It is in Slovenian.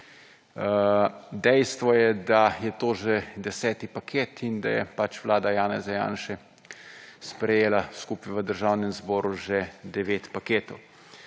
Dejstvo je, da je to že deseti paket, in da je Vlada Janeza Janše sprejela skupaj v Državnem zboru že devet paketov.